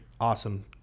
awesome